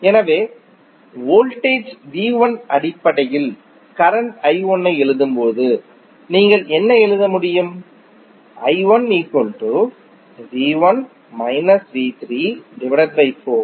எனவே வோல்டேஜ் இன் அடிப்படையில் கரண்ட் ஐ எழுதும்போது நீங்கள் என்ன எழுத முடியும்